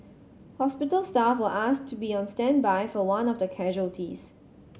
hospital staff were asked to be on standby for one of the casualties